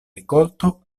rikolto